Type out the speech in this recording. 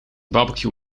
barbecue